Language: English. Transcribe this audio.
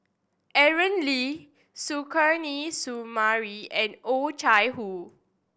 Aaron Lee Suzairhe Sumari and Oh Chai Hoo